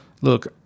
Look